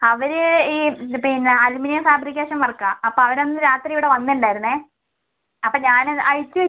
അവര് ഈ പിന്നെ അലൂമിനിയം ഫാബ്രിക്കേഷൻ വർക്കാണ് അപ്പോൾ അവരന്ന് രാത്രി ഇവിടെ വന്നിട്ടുണ്ടായിരുന്നേ അപ്പോൾ ഞാന് അഴിച്ച്